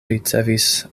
ricevis